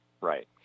Right